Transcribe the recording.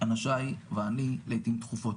אנשיי ואני לעתים תכופות.